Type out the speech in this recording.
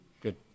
good